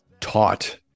taught